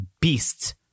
beasts